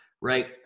right